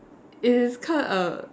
it is cause err